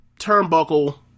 turnbuckle